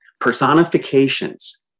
personifications